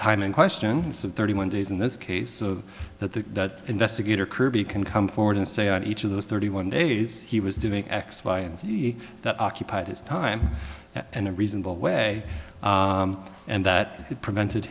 time in question is of thirty one days in this case of that that investigator kirby can come forward and say on each of those thirty one days he was doing x y and z that occupied his time and a reasonable way and that had prevented